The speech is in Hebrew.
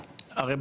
הרי,